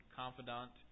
confidant